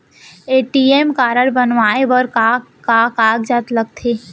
ATM card बनवाये बर का का कागज लगथे?